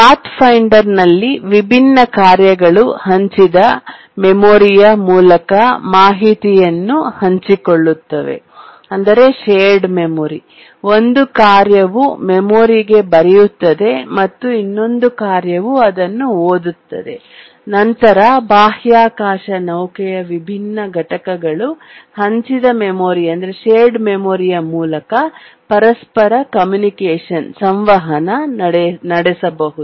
ಪಾಥ್ಫೈಂಡರ್ನಲ್ಲಿ ವಿಭಿನ್ನ ಕಾರ್ಯಗಳು ಹಂಚಿದ ಮೆಮೊರಿಯ ಮೂಲಕ ಮಾಹಿತಿಯನ್ನು ಹಂಚಿಕೊಳ್ಳುತ್ತವೆ ಒಂದು ಕಾರ್ಯವು ಮೆಮೊರಿಗೆ ಬರೆಯುತ್ತದೆ ಮತ್ತು ಇನ್ನೊಂದು ಕಾರ್ಯವು ಅದನ್ನು ಓದುತ್ತದೆ ಮತ್ತು ನಂತರ ಬಾಹ್ಯಾಕಾಶ ನೌಕೆಯ ವಿಭಿನ್ನ ಘಟಕಗಳು ಹಂಚಿದ ಮೆಮೊರಿಯ ಮೂಲಕ ಪರಸ್ಪರ ಸಂವಹನ ನಡೆಸಬಹುದು